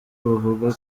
bavuga